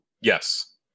Yes